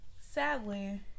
sadly